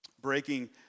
Breaking